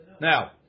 Now